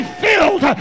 filled